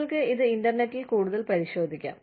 നിങ്ങൾക്ക് ഇത് ഇന്റർനെറ്റിൽ കൂടുതൽ പരിശോധിക്കാം